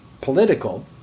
political